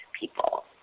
people